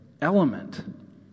element